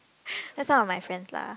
that's some of my friends lah